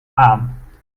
aan